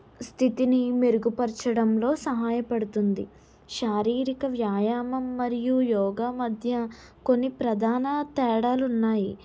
స్థితిని మెరుగుపరచడంలో సహాయపడుతుంది శారీరిక వ్యాయామం మరియు యోగ మధ్య కొన్ని ప్రధానా తేడాలు ఉన్నాయి